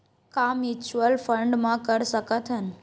का mutual fund म कर सकत हन?